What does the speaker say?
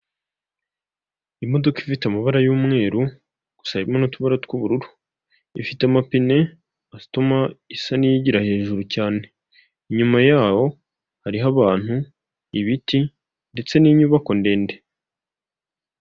Imodoka ifite amabara y'umweru, gusa harimo n'utubara tw'ubururu. Ifite amapine atuma isa n'iyigira hejuru cyane, inyuma yaho hariho abantu, ibiti ndetse n'inyubako ndende.